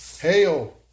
Hail